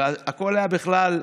הסתייגויות